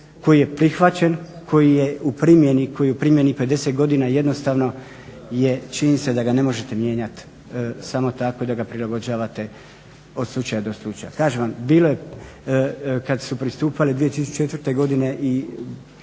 koji je u primjeni, koji je u primjeni 50 godina jednostavno je činjenica da ga ne možete mijenjati samo tako i da ga prilagođavate od slučaja do slučaja. Kažem vam, bilo je kada su pristupali 2004.godine i